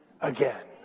again